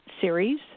series